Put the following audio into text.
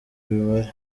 mibare